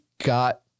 got